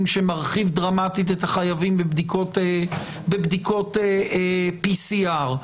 שמרחיב דרמטית את החייבים בבדיקות PCR,